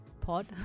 pod